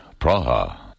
Praha